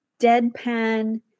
deadpan